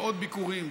ועוד ביקורים,